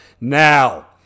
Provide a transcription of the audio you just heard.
Now